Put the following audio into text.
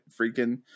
freaking